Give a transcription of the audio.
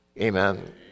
Amen